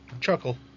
Chuckle